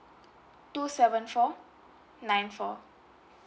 two seven four nine four